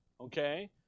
Okay